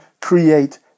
create